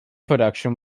production